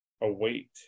await